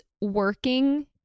working